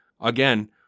Again